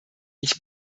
ich